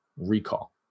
recall